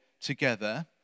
together